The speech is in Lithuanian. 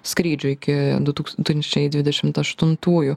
skrydžių iki du tūkstančiai dvidešimt aštuntųjų